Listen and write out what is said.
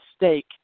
mistake